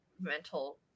mental